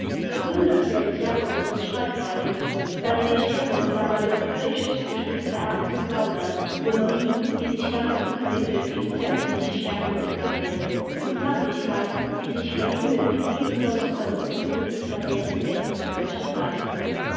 bewundernswert ist jacobsohns schreibweise seine legere und dabei doch höllisch zugespitzte art zu plaudern bonhommie die sich ganz unvermittelt in unerbittliche schärfe umwandelt und sachlichkeit die sich verbindet mit liebevollster und persönlichster wertung der künstlerischen leistung